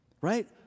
right